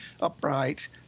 upright